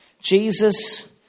Jesus